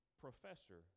professor